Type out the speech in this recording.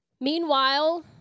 Meanwhile